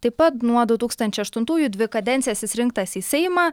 taip pat nuo du tūkstančiai aštuntųjų dvi kadencijas jis rinktas į seimą